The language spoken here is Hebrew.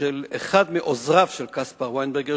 אחד מעוזריו של קספר ויינברגר,